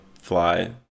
fly